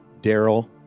Daryl